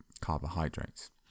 carbohydrates